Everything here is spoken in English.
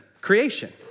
Creation